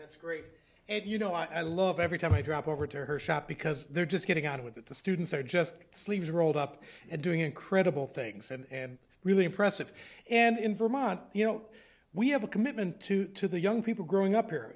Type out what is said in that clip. that's great and you know i love every time i drive over to her shop because they're just getting on with it the students are just sleeves rolled up and doing incredible things and really impressive and in vermont you know we have a commitment to to the young people growing up here